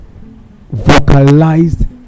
vocalized